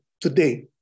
today